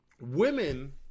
Women